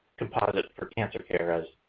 composite for cancer care as